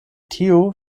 tio